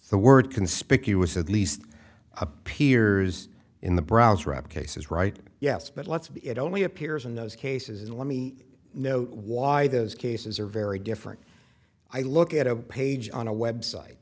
the word conspicuous at least appears in the browser app cases right yes but lots of it only appears in those cases let me know why those cases are very different i look at a page on a website